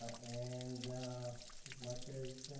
ah and as much as